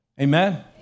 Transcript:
Amen